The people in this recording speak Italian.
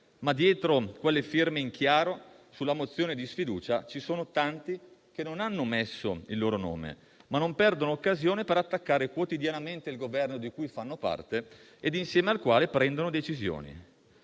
Ma dietro quelle firme in chiaro sulla mozione di sfiducia ci sono tanti che non hanno messo il loro nome, ma non perdono occasione per attaccare quotidianamente il Governo di cui fanno parte ed insieme al quale prendono decisioni.